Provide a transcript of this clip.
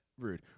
rude